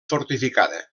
fortificada